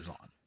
on